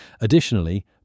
Additionally